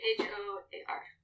H-O-A-R